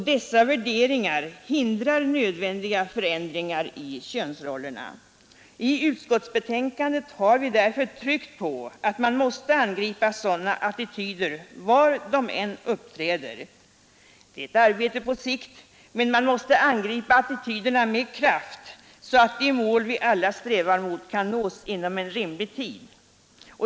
Dessa värderingar hindrar nödvändiga förändringar i könsrollerna. I utskottsbetänkandet har vi därför tryckt på att man måste angripa sådana attityder var de än uppträder. Det är ett arbete på sikt, men man måste angripa attityderna med kraft, så att de mål vi alla strävar mot kan nås inom rimlig tid.